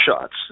shots